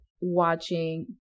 watching